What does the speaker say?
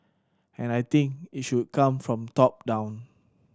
and I think it should come from top down